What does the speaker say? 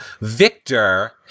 Victor